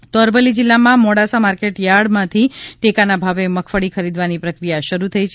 byte ફરેશ ટાંક અમરેલી અરવલ્લી જીલ્લામાં મોડાસા માર્કેટયાર્ડમાંથી ટેકાના ભાવે મગફળી ખરીદવાની પ્રક્રિયા શરૂ થઇ છે